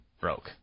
broke